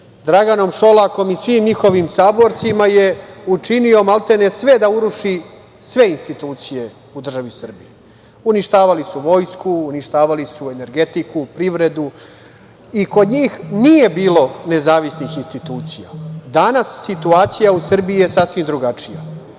Draganom Šolakom i svim njihovim saborcima je učinio, maltene, sve da uruši sve institucije u državi Srbiji. Uništavali su vojsku, uništavali su energetiku, privredu i kod njih nije bilo nezavisnih institucija. Danas situacija u Srbiji je sasvim drugačija.